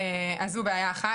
אז זו בעיה אחת.